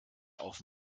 auf